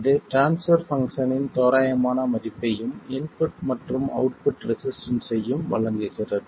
இது transfer function இன் தோராயமான மதிப்பையும் இன்புட் மற்றும் அவுட்புட் ரெசிஸ்டன்ஸ்ஸையும் வழங்குகிறது